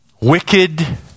wicked